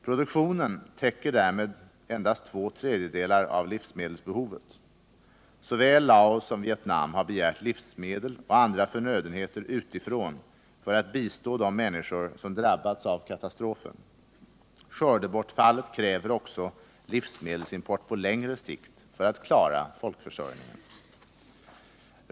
Produktionen täcker därmed endast två tredjedelar av livsmedelsbehovet. Såväl Laos som Vietnam har begärt livsmedel och andra förnödenheter utifrån för att bistå de människor som drabbats av katastrofen. Skördebortfallet kräver också livsmedelsimport på längre sikt för att man skall kunna klara folkförsörjningen.